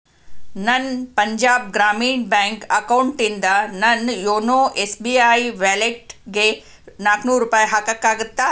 ನನ್ನ ಪಂಜಾಬ್ ಗ್ರಾಮೀಣ್ ಬ್ಯಾಂಕ್ ಅಕೌಂಟಿಂದ ನನ್ನ ಯೋನೋ ಎಸ್ ಬಿ ಐ ವ್ಯಾಲೆಟ್ಗೆ ನಾಲ್ನೂರು ರೂಪಾಯಿ ಹಾಕಕ್ಕಾಗತ್ತಾ